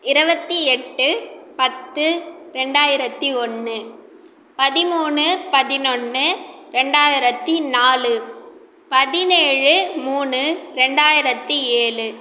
இருவத்தி எட்டு பத்து ரெண்டாயிரத்து ஒன்று பதிமூணு பதினொன்னு ரெண்டாயிரத்து நாலு பதினேழு மூணு ரெண்டாயிரத்து ஏழு